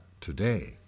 today